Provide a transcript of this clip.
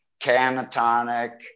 Canatonic